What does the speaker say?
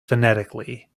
phonetically